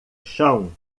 chão